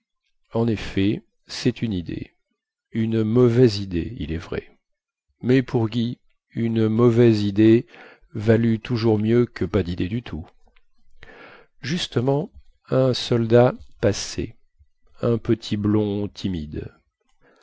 en effet cest une idée une mauvaise idée il est vrai mais pour guy une mauvaise idée valut toujours mieux que pas didée du tout justement un soldat passait un petit blond timide